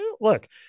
look